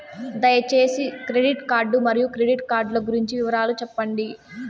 దయసేసి credit card మరియు credit card లు గురించి వివరాలు సెప్పండి?